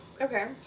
Okay